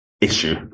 issue